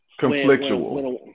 conflictual